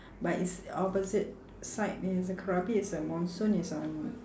but it's opposite side it's uh krabi is uh monsoon is on